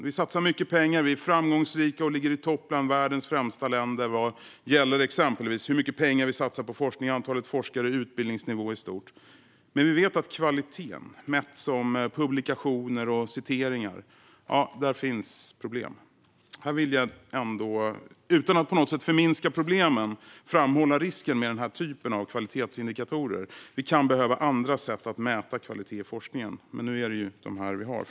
Vi satsar mycket pengar, vi är framgångsrika och vi ligger i topp bland världens länder vad gäller exempelvis hur mycket pengar vi satsar på forskning, antalet forskare och utbildningsnivå i stort. Men vi vet att när det gäller kvaliteten, mätt i publikationer och citeringar, finns det problem. Här vill jag ändå - utan att på något sätt förminska problemen - framhålla risken med den här typen av kvalitetsindikatorer. Vi kan behöva andra sätt att mäta kvalitet i forskningen, men nu är det framför allt de här vi har.